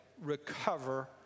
recover